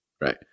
right